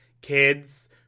kids